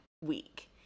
week